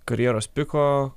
karjeros piko